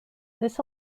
this